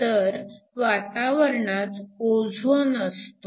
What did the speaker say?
तर वातावरणात ओझोन असतो